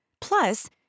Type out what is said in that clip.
Plus